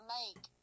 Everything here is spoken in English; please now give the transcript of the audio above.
make